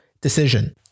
decision